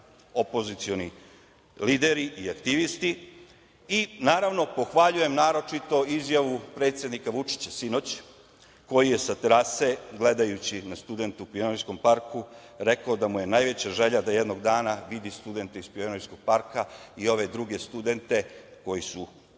opozicioni lideri i aktivisti i, naravno, pohvaljujem naročito izjavu predsednika Vučića sinoć, koji je sa terase, gledajući na studente u Pionirskom parku, rekao da mu je najveća želja da jednog dana vidi studente iz Pionirskog parka i ove druge studente koji su